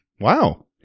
wow